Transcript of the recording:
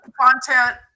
content